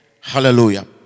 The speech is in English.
Hallelujah